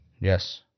Yes